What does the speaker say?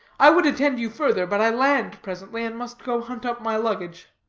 i would attend you further, but i land presently, and must go hunt up my luggage.